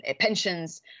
pensions